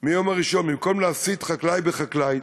מהיום הראשון: במקום להסית חקלאי בחקלאי,